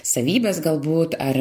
savybes galbūt ar